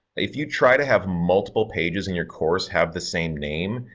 if you try to have multiple pages in your course have the same name,